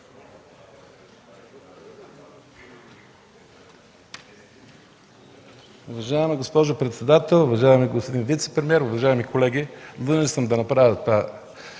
Уважаема госпожо председател, уважаеми господин вицепремиер, уважаеми колеги! Искам да направя това